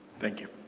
thank you.